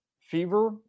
fever